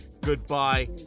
goodbye